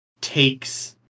takes